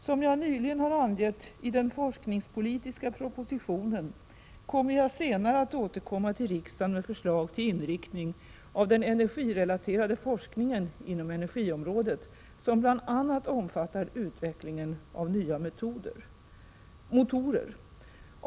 Som jag nyligen har angett i den forskningspolitiska propositionen kommer jag senare att återkomma till riksdagen med förslag till inriktning av den energirelaterade forskningen inom energiområdet, som bl.a. omfattar utveckling av nya motorer.